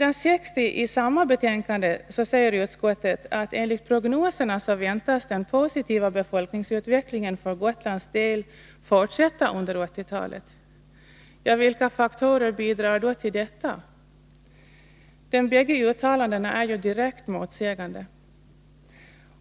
På s. 60 i samma betänkande säger utskottet att enligt prognoserna väntas den positiva befolkningsutvecklingen för Gotlands del fortsätta under 1980-talet. Vilka faktorer kommer att bidra till detta? De båda uttalandena är direkt motsägande.